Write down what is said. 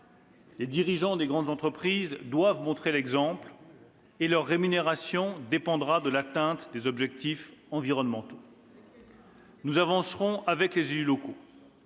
Les dirigeants des grandes entreprises doivent montrer l'exemple, et leur rémunération dépendra de l'atteinte par leur société des objectifs environnementaux. « Nous avancerons avec les élus locaux.